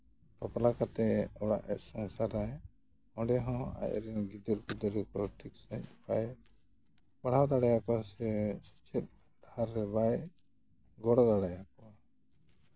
ᱵᱟᱯᱞᱟ ᱠᱟᱛᱮ ᱚᱲᱟᱜ ᱮᱭ ᱥᱚᱝᱥᱟᱨᱟᱭ ᱚᱸᱰᱮ ᱦᱚᱸ ᱟᱡᱨᱮᱱ ᱜᱤᱫᱟᱹᱨ ᱯᱤᱫᱟᱹᱨ ᱠᱚ ᱴᱷᱤᱠ ᱥᱟᱺᱦᱤᱡ ᱵᱟᱭ ᱯᱟᱲᱦᱟᱣ ᱫᱟᱲᱮᱭᱟᱠᱚᱣᱟ ᱥᱮ ᱥᱮᱪᱮᱫ ᱰᱟᱦᱟᱨ ᱨᱮ ᱵᱟᱭ ᱜᱚᱲᱚ ᱫᱟᱲᱮᱭᱟᱠᱚᱣᱟ